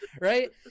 right